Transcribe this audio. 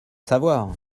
savoir